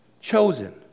chosen